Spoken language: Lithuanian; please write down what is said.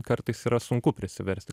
kartais yra sunku prisiversti